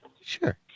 Sure